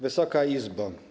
Wysoka Izbo!